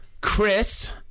Chris